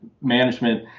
management